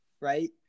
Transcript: right